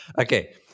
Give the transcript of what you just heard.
Okay